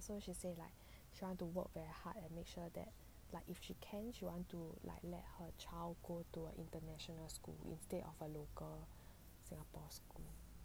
ya so she say like she want to work very hard and make sure that like if she can she want to like let her child go to an international school instead of a local singapore school